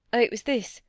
it was this.